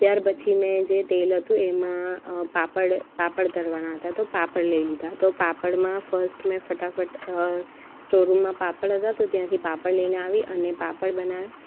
ત્યારપછી મેં જે તેલ હતું એમાં પાપડ પાપડ તળવાના હતા તો પાપડ લઈ લીધા તો પાપડમાં ફર્સ્ટ મેં ફટાફટ સ્ટોરરૂમમાં પાપડ હતા તો ત્યાંથી પાપડ લઈને આવી અને પાપડ બનાવી